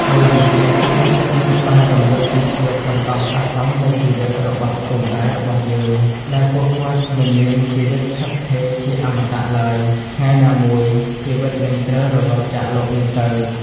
មួយវិញទៀត សុភាសិតនេះបានរំលឹកពីភាពបណ្តោះអាសន្ននៃជីវិតរបស់ឪពុកម្តាយរបស់យើង ដែលពួកគាត់មិនមានជីវិតស្ថិតស្ថេរជាអមតៈឡើយ ថ្ងៃណាមួយជីវិតនិងត្រូវរលត់ចាកលោកនេះទៅ។